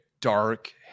dark